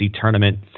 tournament